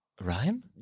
Ryan